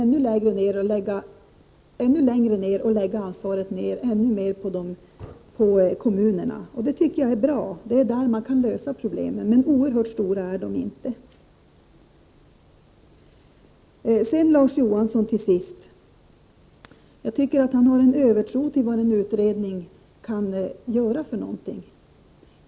Nu säger vi att vi skall lägga ansvaret ännu längre ned, på kommunerna. Det är bra, det är där man kan lösa problemen. Men oerhört stora är de inte. Till sist vill jag säga till Larz Johansson att han har en övertro på vad en utredning kan göra.